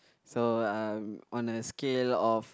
so uh on a scale of